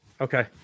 Okay